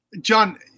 John